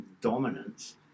dominance